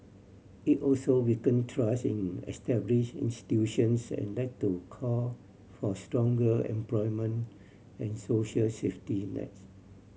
it also weakened trust in established institutions and led to call for stronger employment and social safety nets